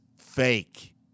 fake